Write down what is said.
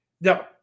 No